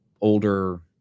older